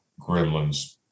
Gremlins